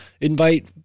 invite